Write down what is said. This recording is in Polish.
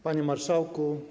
Panie Marszałku!